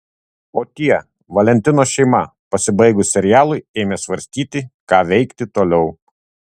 o tie valentinos šeima pasibaigus serialui ėmė svarstyti ką veikti toliau